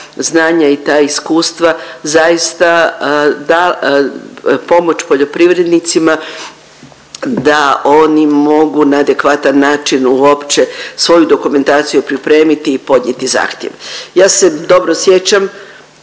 i ta iskustva zaista pomoć poljoprivrednicima da oni mogu na adekvatan način uopće svoju dokumentaciju pripremiti i podnijeti zahtjev. Ja se dobro sjećam